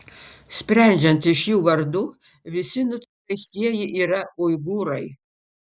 sprendžiant iš jų vardų visi nuteistieji yra uigūrai